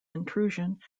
intrusion